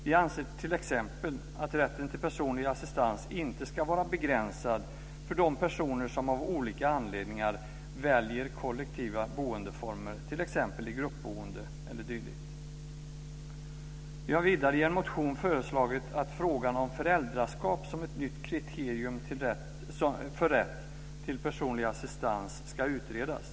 Vi anser t.ex. att rätten till personlig assistans inte ska vara begränsad för de personer som av olika anledningar väljer kollektiva boendeformer, t.ex. gruppboende e.d. Vi har vidare i en motion föreslagit att frågan om föräldraskap som ett nytt kriterium för rätt till personlig assistans ska utredas.